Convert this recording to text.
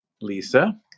Lisa